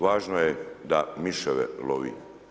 Važno je da miševe lovi.